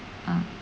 mm